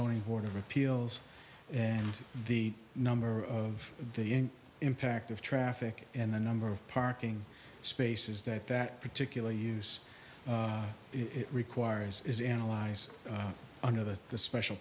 zoning board of appeals and the number of the impact of traffic and the number of parking spaces that that particular use it requires is analyze under the the special